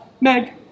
Meg